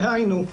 דהיינו: